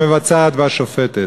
המבצעת והשופטת.